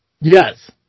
Yes